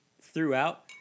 throughout